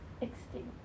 extinct